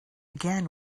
again